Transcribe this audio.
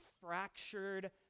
fractured